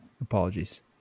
Apologies